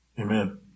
Amen